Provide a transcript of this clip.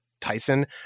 Tyson